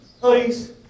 Please